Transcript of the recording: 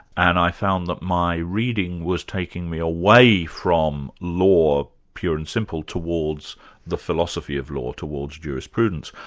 and i found that my reading was taking me away from law pure and simple, towards the philosophy of law, towards jurisprudence,